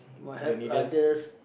must help others